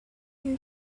you